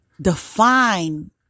define